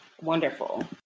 Wonderful